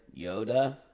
Yoda